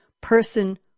person